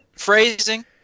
phrasing